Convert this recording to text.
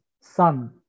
son